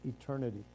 eternity